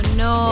no